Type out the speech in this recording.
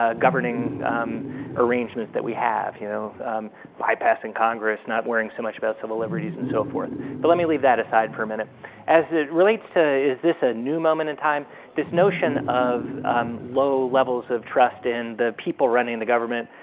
ah governing arrangements that we have you know bypassing congress not wearing so much best civil liberties and so forth but let me leave that aside for a minute as it relates to is this a new moment in time this notion of low levels of trust in the people running the government